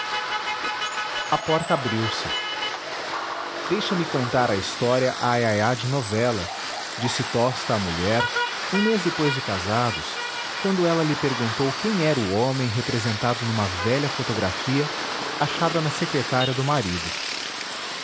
a porta abriu-se deixa-me contar a história à laia de novela disse tosta à mulher um mês depois de casados quando ela lhe perguntou quem era o homem representado numa velha fotografia achada na secretária do marido